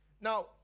now